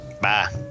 Bye